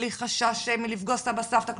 בלי חשש מלפגוע בסבא וסבתא,